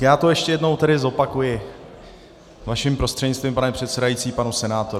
Já to ještě jednou zopakuji, vaším prostřednictvím, pane předsedající, panu senátorovi.